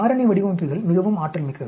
காரணி வடிவமைப்புகள் மிகவும் ஆற்றல் மிக்கவை